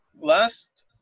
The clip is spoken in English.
Last